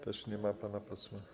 Też nie ma pana posła.